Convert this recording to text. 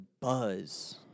buzz